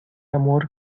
amor